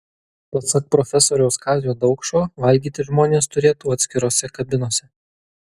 pasak profesoriaus kazio daukšo valgyti žmonės turėtų atskirose kabinose